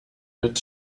mit